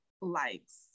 likes